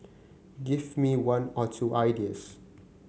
give me one or two ideas